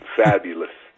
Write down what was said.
fabulous